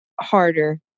harder